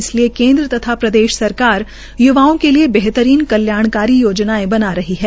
इसलिए केन्द्र तथा प्रदेश सरकार य्वाओं के लिये बेहतरीन कल्याणकारी योजनांए बना रही है